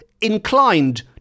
inclined